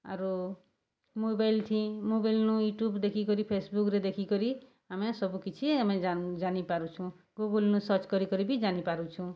ଆରୁ ମୋବାଇଲ୍ଥି ମୋବାଇଲ୍ ନୁ ୟୁଟ୍ୟୁବ୍ ଦେଖିକରି ଫେସ୍ବୁକ୍ରେ ଦେଖିକରି ଆମେ ସବୁକିଛି ଆମେ ଜାନିପାରୁଛୁଁ ଗୁଗୁଲ୍ନୁ ସର୍ଚ୍ଚ କରିକରି ବି ଜାନିପାରୁଛୁଁ